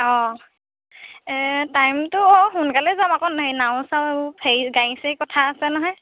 অঁ এই টাইমটো অঁ সোনকালে যাম আকৌ নহয় নাও চাও এইবোৰ ফেৰী গাড়ী চাৰীৰ কথা আছে নহয়